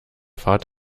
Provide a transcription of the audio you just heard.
fahrt